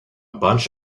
bunch